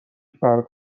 فرق